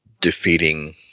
defeating